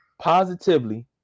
positively